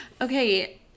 Okay